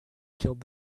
killed